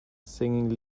singing